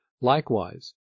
Likewise